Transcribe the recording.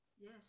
yes